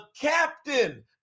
captain